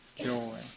Joy